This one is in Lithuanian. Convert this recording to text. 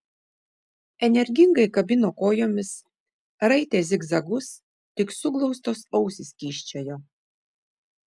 energingai kabino kojomis raitė zigzagus tik suglaustos ausys kyščiojo